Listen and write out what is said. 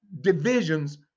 divisions